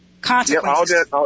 consequences